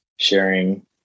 sharing